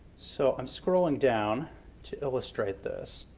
so i'm scrolling down to illustrate this.